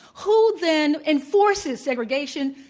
who then enforces segregation?